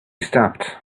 stopped